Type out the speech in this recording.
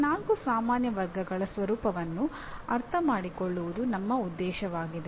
ಈ ನಾಲ್ಕು ಸಾಮಾನ್ಯ ವರ್ಗಗಳ ಸ್ವರೂಪವನ್ನು ಅರ್ಥಮಾಡಿಕೊಳ್ಳುವುದು ನಮ್ಮ ಉದ್ದೇಶವಾಗಿದೆ